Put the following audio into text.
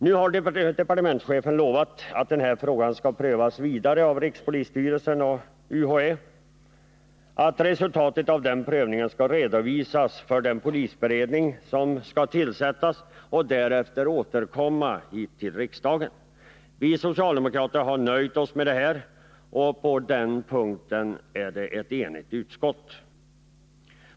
Nu har departementschefen lovat att den här frågan skall prövas vidare av rikspolisstyrelsen och UHÄ och att resultatet av den prövningen skall redovisas för den polisberedning som skall tillsättas, varefter frågan skall återkomma till riksdagen. Vi socialdemokrater har nöjt oss med detta, och på den punkten är utskottet enigt.